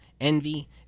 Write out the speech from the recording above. Envy